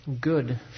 Good